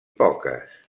poques